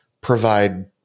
provide